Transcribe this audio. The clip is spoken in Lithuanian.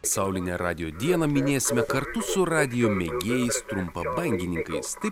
pasaulinę radijo dieną minėsime kartu su radijo mėgėjais trumpabangininkais taip